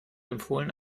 empfohlen